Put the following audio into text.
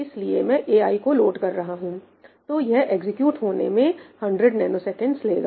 इसलिए मैं ai को लोड कर रहा हूं तो यह एग्जीक्यूट होने में 100 NS लेगा